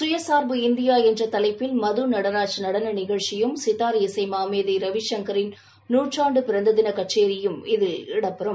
சுயசார்பு இந்தியா என்ற தலைப்பில் மது நடராஜ் நடன நிகழ்ச்சியும் சிதார் இசை மாமேதை ரவி சங்கரின் நூற்றாண்டு பிறந்த தின கச்சேரியும் இதில் நடைபெறும்